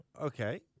Okay